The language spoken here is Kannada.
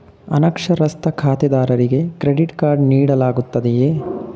ಅನಕ್ಷರಸ್ಥ ಖಾತೆದಾರರಿಗೆ ಕ್ರೆಡಿಟ್ ಕಾರ್ಡ್ ನೀಡಲಾಗುತ್ತದೆಯೇ?